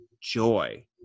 joy